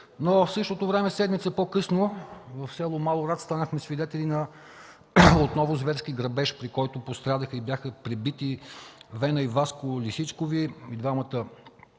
В същото време седмица по-късно в село Малорад станахме свидетели на отново зверски грабеж, при който пострадаха и бяха пребити Вена и Васко Лисичкови, и двамата възрастни